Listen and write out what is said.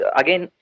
again